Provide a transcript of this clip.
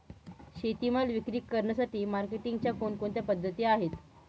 शेतीमाल विक्री करण्यासाठी मार्केटिंगच्या कोणकोणत्या पद्धती आहेत?